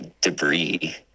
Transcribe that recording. debris